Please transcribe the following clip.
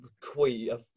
queen